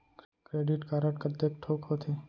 Credit card कतेक ठोक होथे?